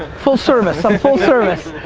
full service, i'm full service.